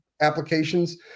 applications